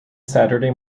saturday